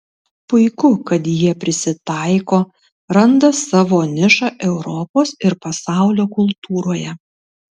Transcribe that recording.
puiku kad jie prisitaiko randa savo nišą europos ir pasaulio kultūroje